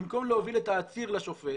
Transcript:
במקום להוביל את העציר לשופט